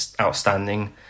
outstanding